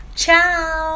Ciao 。